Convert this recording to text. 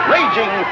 Raging